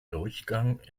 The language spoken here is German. durchgang